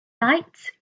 lights